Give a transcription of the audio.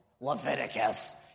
Leviticus